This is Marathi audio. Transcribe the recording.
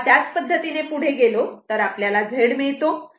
तेव्हा त्याच पद्धतीने पुढे गेलो तर आपल्याला Z मिळतो